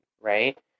right